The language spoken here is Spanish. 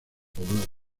poblado